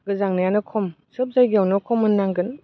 गोजांनायानो खम सोब जायगायावनो खम होननांगोन